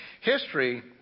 History